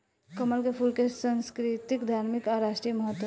कमल के फूल के संस्कृतिक, धार्मिक आ राष्ट्रीय महत्व ह